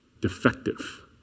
defective